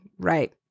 right